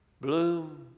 Bloom